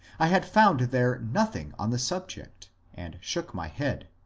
i had found there nothing on the subject, and shook my head.